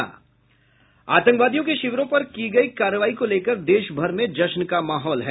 आतंकवादियों के शिविरों पर की गयी कार्रवाई को लेकर देश भर में जश्न का माहौल है